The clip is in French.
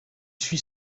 suit